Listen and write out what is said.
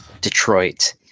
Detroit